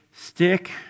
stick